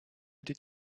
did